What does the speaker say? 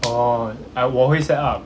orh uh 我会 set up